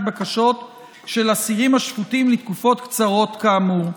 בקשות של אסירים השפוטים לתקופות קצרות כאמור.